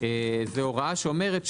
זה הוראה שאומרת,